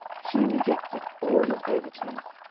she rejected all his overtures.